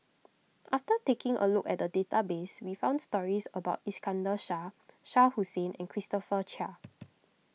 after taking a look at the database we found stories about Iskandar Shah Shah Hussain and Christopher Chia